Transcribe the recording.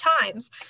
times